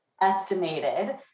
estimated